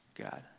God